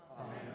Amen